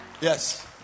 Yes